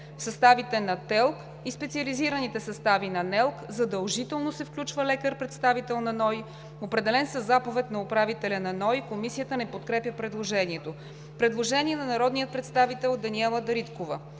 В съставите на ТЕЛК и специализираните състави на НЕЛК задължително се включва лекар – представител на НОИ, определен със заповед на управителя на НОИ.“ Комисията не подкрепя предложението. Предложение на народния представител Даниела Дариткова.